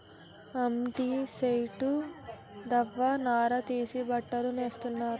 అంటి సెట్టు దవ్వ నార తీసి బట్టలు నేత్తన్నారు